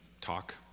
talk